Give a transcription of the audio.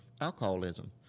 alcoholism